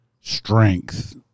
strength